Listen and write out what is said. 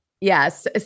Yes